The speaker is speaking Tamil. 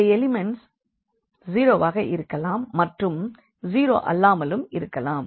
இந்த எலிமண்ட்ஸ் 0 வாக இருக்கலாம் மற்றும் 0 அல்லாமலும் இருக்கலாம்